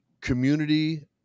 community